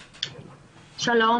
שלום.